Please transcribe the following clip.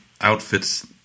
outfits